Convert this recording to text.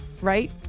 right